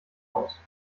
aus